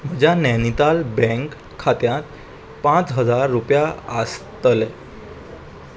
म्हज्या नैनीताल बँक खात्यांत पांच हजार रुपया आसतले